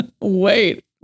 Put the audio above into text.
Wait